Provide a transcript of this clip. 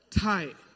Tight